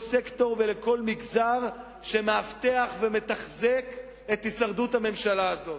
סקטור ולכל מגזר שמאבטח ומתחזק את הישרדות הממשלה הזאת.